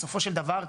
בסופו של דבר,